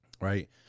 Right